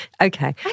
Okay